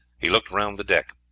he looked round the deck.